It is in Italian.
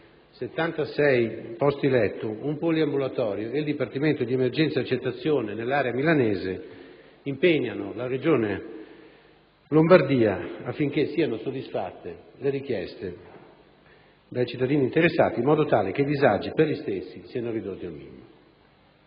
276 posti letto, un poliambulatorio e un dipartimento di emergenza e accettazione nell'area milanese, che impegnano la Regione Lombardia affinché siano soddisfatte le richieste dei cittadini interessati, in modo tale che i disagi per gli stessi siano ridotti al minimo.